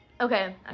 Okay